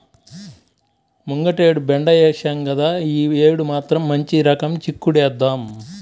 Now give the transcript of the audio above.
ముంగటేడు బెండ ఏశాం గదా, యీ యేడు మాత్రం మంచి రకం చిక్కుడేద్దాం